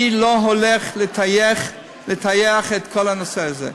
אני לא הולך לטייח את כל הנושא הזה,